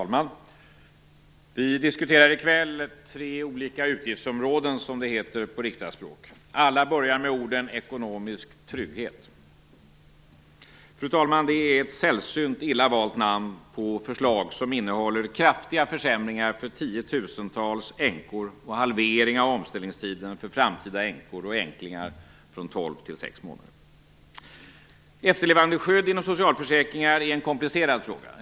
Fru talman! Vi diskuterar i kväll tre olika utgiftsområden, som det heter på riksdagsspråk. Alla börjar med orden ekonomisk trygghet. Fru talman! Det är ett sällsynt illa valt namn på förslag som innehåller kraftiga försämringar för tiotusentals änkor och en halvering av omställningstiden för framtida änkor och änklingar, från tolv till sex månader. Efterlevandeskydd inom socialförsäkringar är en komplicerad fråga.